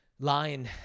line